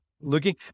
looking